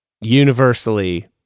Universally